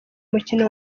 umukino